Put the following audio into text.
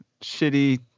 shitty